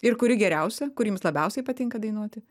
ir kuri geriausia kur jums labiausiai patinka dainuoti